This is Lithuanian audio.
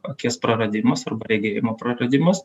akis praradimas arba regėjimo praradimas